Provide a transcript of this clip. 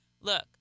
Look